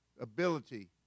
ability